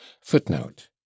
Footnote